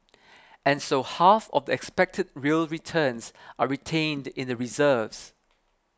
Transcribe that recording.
and so half of the expected real returns are retained in the reserves